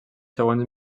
següents